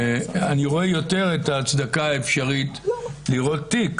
אני רואה יותר את ההצדקה האפשרית לראות תיק,